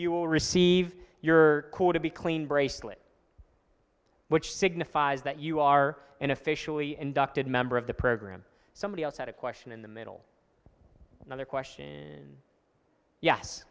will receive your call to be clean bracelet which signifies that you are an officially inducted member of the program somebody else had a question in the middle another question yes